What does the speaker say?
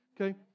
Okay